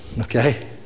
okay